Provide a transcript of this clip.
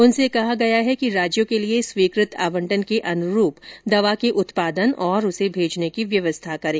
उनसे कहा गया है कि राज्यों के लिए स्वीकृत आवंटन के अनुरूप दवा के उत्पादन और उसे भेजने की व्यवस्था करें